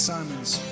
Simons